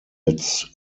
its